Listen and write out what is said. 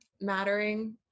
mattering